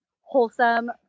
wholesome